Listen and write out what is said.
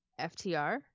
FTR